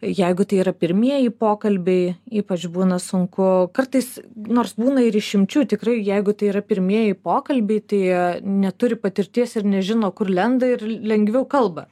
jeigu tai yra pirmieji pokalbiai ypač būna sunku kartais nors būna ir išimčių tikrai jeigu tai yra pirmieji pokalbiai tai neturi patirties ir nežino kur lenda ir lengviau kalba